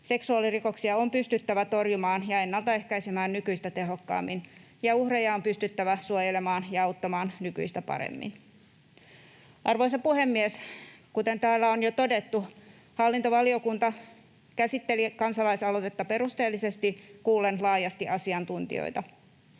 Seksuaalirikoksia on pystyttävä torjumaan ja ennaltaehkäisemään nykyistä tehokkaammin, ja uhreja on pystyttävä suojelemaan ja auttamaan nykyistä paremmin. Arvoisa puhemies! Kuten täällä on jo todettu, hallintovaliokunta käsitteli kansalaisaloitetta perusteellisesti kuullen laajasti asiantuntijoita.